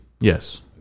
Yes